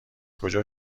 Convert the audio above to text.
کجا